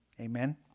Amen